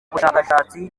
bushakashatsi